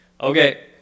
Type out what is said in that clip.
Okay